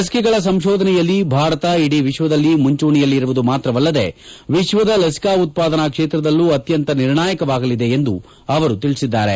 ಲಸಿಕೆಗಳ ಸಂಶೋಧನೆಯಲ್ಲಿ ಭಾರತ ಇಡೀ ವಿಶ್ವದಲ್ಲಿ ಮುಂಚೂಣಿಯಲ್ಲಿ ಇರುವುದು ಮಾತ್ರವಲ್ಲದೇ ವಿಶ್ವದ ಲಸಿಕೆ ಉತ್ಪಾದನಾ ಕ್ಷೇತ್ರದಲ್ಲೂ ಅತ್ಯಂತ ನಿರ್ಣಾಯಕವಾಗಲಿದೆ ಎಂದು ಅವರು ತಿಳಿಸಿದ್ದಾರೆ